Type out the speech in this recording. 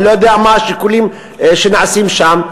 אני לא יודע מה השיקולים שנעשים שם,